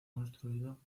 construido